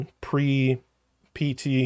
pre-PT